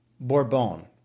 Bourbon